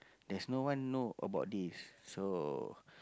there's no one know about this so